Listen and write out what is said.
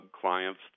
clients